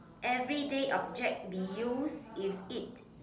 everyday object be used if it